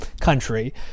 country